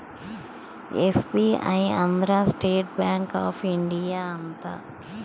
SBI ಅಂದ್ರ state bank of India ಅಂತ